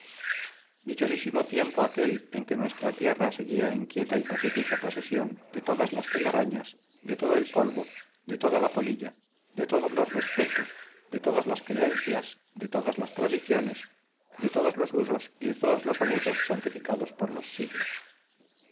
dichosísimo tiempo aquel en que nuestra tierra seguía en quieta y pacífica posesión de todas las telarañas de todo el polvo de toda la polilla de todos los respetos de todas las creencias de todas las tradiciones de todos los usos y de todos los abusos santificados por los siglos